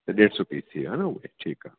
तॾहिं सुठी थी आहे न उहे ठीकु आहे